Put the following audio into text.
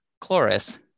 Chloris